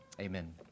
Amen